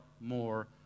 more